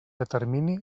determini